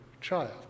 child